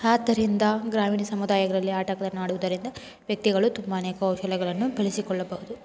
ಆದ್ದರಿಂದ ಗ್ರಾಮೀಣ ಸಮುದಾಯಗಳಲ್ಲಿ ಆಟಗಳನ್ನು ಆಡುವುದರಿಂದ ವ್ಯಕ್ತಿಗಳು ತುಂಬಾ ಕೌಶಲ್ಯಗಳನ್ನು ಬೆಳೆಸಿಕೊಳ್ಳಬಹುದು